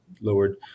lowered